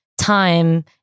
time